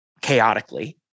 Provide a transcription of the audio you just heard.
chaotically